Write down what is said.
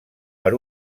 per